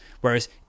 whereas